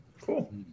Cool